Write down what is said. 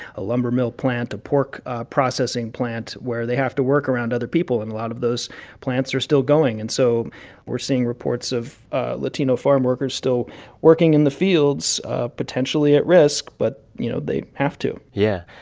a lumber mill plant, a pork processing plant where they have to work around other people, and a lot of those plants are still going. and so we're seeing reports of latino farm workers still working in the fields potentially at risk. but, you know, they have to yeah.